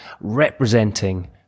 representing